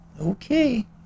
Okay